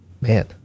man